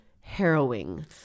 harrowing